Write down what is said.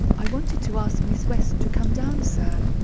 i wanted to ask miss west to come down, sir.